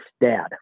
dad